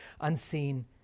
unseen